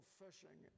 fishing